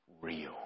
real